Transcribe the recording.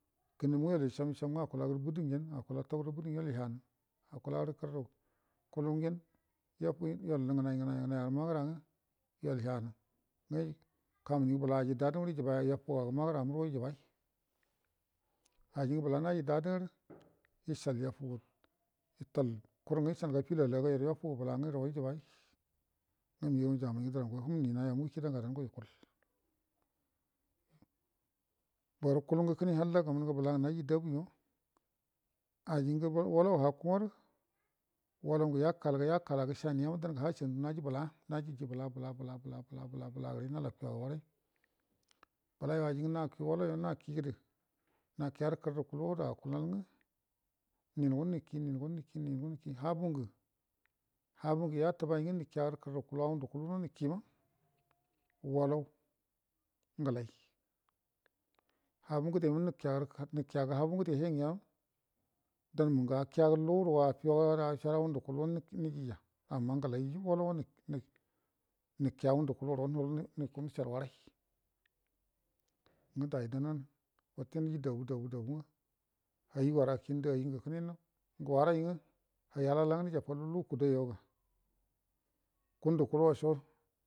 Kənum nga yol ishem ishem nga akalagərə bədə ngen akulagə toguro bədə ngen yol hiyanə aku lagərə kərrə kulu ngen yollə ngənai ngənai agənə magəra nga yoll hiyanə kamuningə bəla aji dadə ngə yafugu agə magəra murugo ijiga ajingə bəla naji dadərə ishall yafugu itall kurrgə ishenə ga filollagə yaru yafuga bəla ngə rugo ijigarai go nugau jammaingə dərango kibini haa mungə kida ngadango yakul borə kalungə kəne halla gamunəga bəlangə naji dabu ima ajingə walaw hakku arə walau yakal gəre yakalagə shaniya dangə ha shandu naji bəta najiji bəla-bəla-bəla-bəla gəre yaloki yau warə bəlayo ajingə naki walau yo naki gədə nakiagərə kərə kulu wadə akulgə ningo niki ningo niki ningo niki habu ngə habu ngə yatubaingə wiki agərə kərə kuluwa ngundə kulungə nikima walaw ngəlai habu ngəde nga niki agə niki agə habu ngəde he, ngiya dangə akiyagrə lu də affiuwagərə achogərə ngudə kulu nikija amma ngəlai gwara ninki agərə ngudə kulu waro kakoi nishar warai niji dabu ngə ute niji dabu dabu dabu nga ayi kində ayi nganə ngə kəne warai urjafalu ngu kudo yo ga ngundə kulu washo.